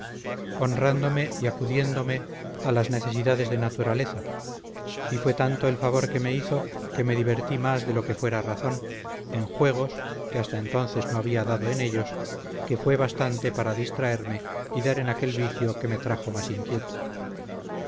honrándome y acudiéndome a las necesidades de naturaleza y fue tanto el favor que me hizo que me divertí más de lo que fuera razón en juegos que hasta entonces no había dado en ellos que fue bastante para distraerme y dar en aquel vicio que me trajo más inquieto